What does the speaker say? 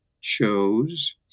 chose